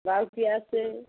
বাউটি আছে